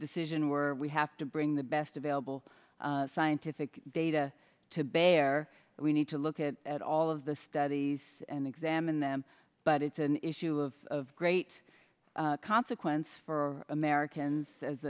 decision where we have to bring the best available scientific data to bear we need to look at at all of the studies and examine them but it's an issue of great consequence for americans as